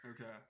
Okay